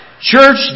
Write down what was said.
church